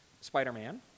Spider-Man